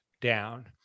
down